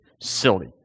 silly